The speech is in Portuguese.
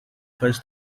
faz